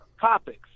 topics